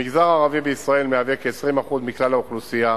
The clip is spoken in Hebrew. המגזר הערבי בישראל מהווה כ-20% מכלל האוכלוסייה,